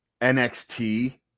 NXT